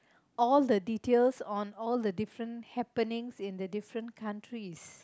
all the details on all the different happenings in the different countries